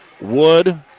Wood